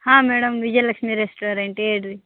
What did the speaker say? ಹಾಂ madam Vijayalakshmi restaurant ಹೇಳ್ರಿ